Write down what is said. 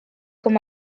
com